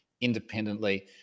independently